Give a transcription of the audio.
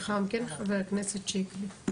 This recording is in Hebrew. לאחר מכן, חבר הכנסת שיקלי.